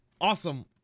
Awesome